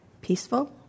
peaceful